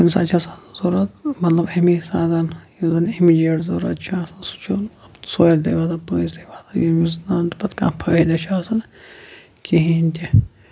سُہ کُنہِ ساتہٕ چھُ آسان ضوٚرتھ مطلب امی ساتن یُس زن مطلب اَمِچ یُس زَن یی ضوٚرتھ چھُ آسان سُہ چھُ ژورِ دۄہ واتان پانٛژِ دۄہ واتان یوتَس تانۍ نہٕ تَتھ کانہہ فٲیدٕ چھُ آسان کِہیٖنۍ تہِ